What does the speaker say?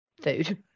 food